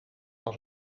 als